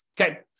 Okay